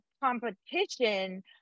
competition